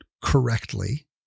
correctly